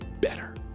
better